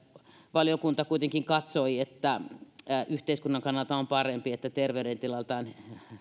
valiokunta kuitenkin katsoi että yhteiskunnan kannalta on parempi että terveydentilaltaan